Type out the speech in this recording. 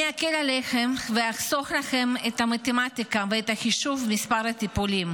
אני אקל עליכם ואחסוך לכם את המתמטיקה ואת חישוב מספר הטיפולים.